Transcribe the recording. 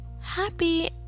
happy